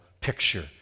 picture